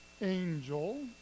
Angel